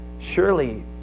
surely